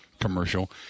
commercial